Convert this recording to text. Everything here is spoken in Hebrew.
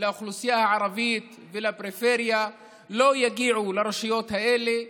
לאוכלוסייה הערבית ולפריפריה לא יגיעו לרשויות האלה,